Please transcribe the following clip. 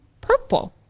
purple